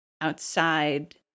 outside